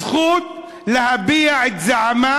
להביע את זעמה,